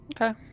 Okay